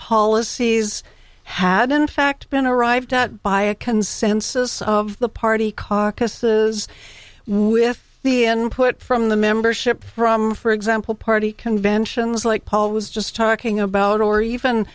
policies had in fact been arrived at by a consensus of the party caucuses with the end put from the membership from for example party conventions like paul was just talking about or even